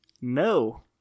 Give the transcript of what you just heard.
No